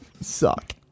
suck